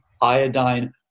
iodine